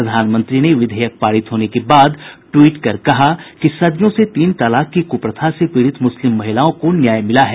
प्रधानमंत्री ने विधेयक पारित होने के बाद ट्वीट कर कहा कि सदियों से तीन तलाक की कृप्रथा से पीड़ित मुस्लिम महिलाओं को न्याय मिला है